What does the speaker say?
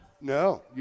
No